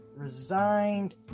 Resigned